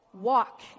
Walk